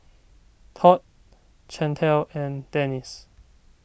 Todd Chantel and Denice